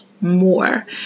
more